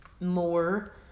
more